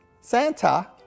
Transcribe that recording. Santa